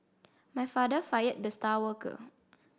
my father fired the star worker